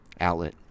outlet